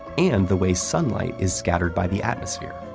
and the way sunlight is scattered by the atmosphere.